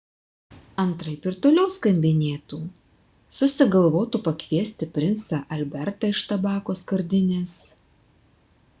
antraip ir toliau skambinėtų susigalvotų pakviesti princą albertą iš tabako skardinės